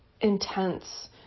intense